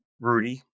Rudy